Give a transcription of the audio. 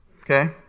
okay